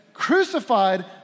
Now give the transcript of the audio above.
crucified